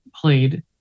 played